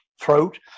throat